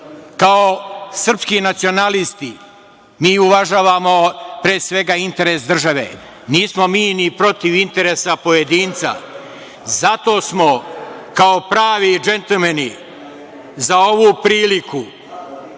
srpski nacionalisti mi uvažavamo, pre svega, interes države. Nismo mi ni protiv interesa pojedinca. Zato smo, kao pravi džentlmeni, za ovu priliku